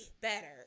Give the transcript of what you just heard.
better